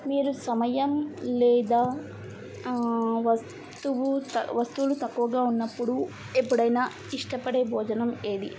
మీరు సమయం లేదా వస్తువు త వస్తువులు తక్కువగా ఉన్నప్పుడు ఎప్పుడయినా ఇష్టపడే భోజనం ఏది